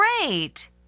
Great